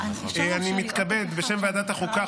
אני מתכבד בשם ועדת החוקה,